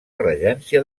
regència